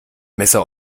messer